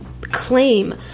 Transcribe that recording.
claim